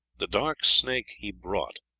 the dark snake he brought,